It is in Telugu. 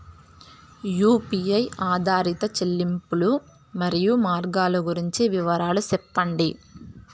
యు.పి.ఐ ఆధారిత చెల్లింపులు, మరియు మార్గాలు గురించి వివరాలు సెప్పండి?